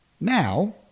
Now